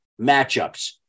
matchups